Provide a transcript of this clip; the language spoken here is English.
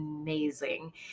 amazing